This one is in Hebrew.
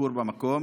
ביקור במקום.